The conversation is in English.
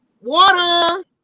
Water